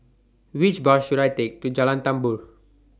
Which Bus should I Take to Jalan Tambur